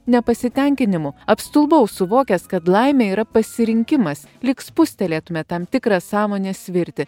nepasitenkinimu apstulbau suvokęs kad laimė yra pasirinkimas lyg spustelėtumėt tam tikrą sąmonės svirtį